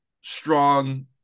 strong